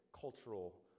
cultural